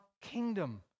kingdom